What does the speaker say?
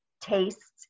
tastes